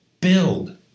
Build